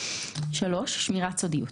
שמירת סודיות